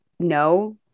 No